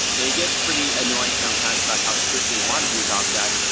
they get pretty annoying sometimes about how strict they want to be about that.